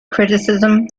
criticism